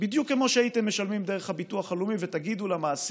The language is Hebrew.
בדיוק כמו שהייתם משלמים דרך הביטוח הלאומי ותגידו למעסיק: